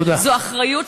תודה.